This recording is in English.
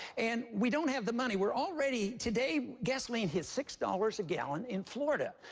and we don't have the money. we're already today gasoline hit six dollars a gallon in florida.